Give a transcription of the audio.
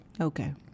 Okay